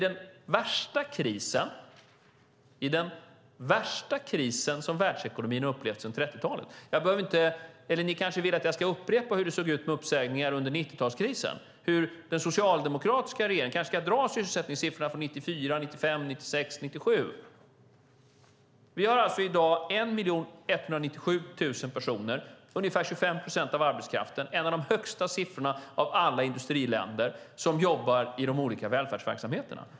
Det här är den värsta kris världsekonomin har upplevt sedan 30-talet. Ni kanske vill att jag ska upprepa hur det såg ut med uppsägningar under 90-talskrisen. Jag kanske ska föredra sysselsättningssiffrorna från 1994, 1995, 1996 och 1997 under den socialdemokratiska regeringen. Det finns i dag 1 197 000 personer - ungefär 25 procent av arbetskraften, en av de högsta siffrorna av alla industriländer - som jobbar i de olika välfärdsverksamheterna.